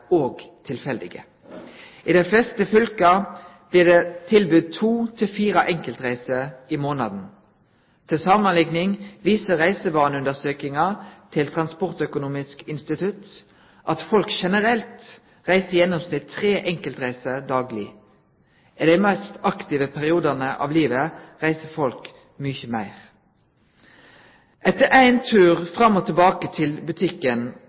og tilfeldige. I dei fleste fylka blir det tilbydd 2–4 enkeltreiser i månaden. Til samanlikning viser reisevaneundersøkinga til Transportøkonomisk institutt at folk generelt i gjennomsnitt har tre enkeltreiser dagleg. I dei mest aktive periodane av livet reiser folk mykje meir. Etter ein tur fram og tilbake til butikken